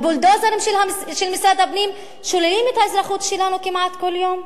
הבולדוזרים של משרד הפנים שוללים את האזרחות שלנו כמעט כל יום.